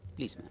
please, ma'am.